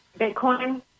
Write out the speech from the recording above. Bitcoin